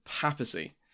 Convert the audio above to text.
Papacy